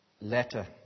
letter